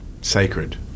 sacred